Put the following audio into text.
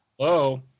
Hello